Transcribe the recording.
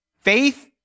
Faith